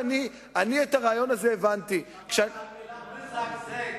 הוא מזגזג.